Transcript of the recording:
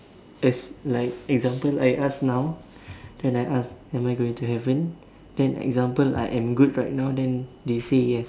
as like example I ask now then I ask am I going to heaven then example I am good right now then they say yes